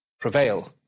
prevail